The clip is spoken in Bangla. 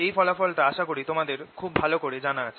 এই ফলাফলটা আসা করি তোমাদের খুব ভালো করে জানা আছে